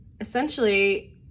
essentially